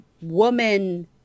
woman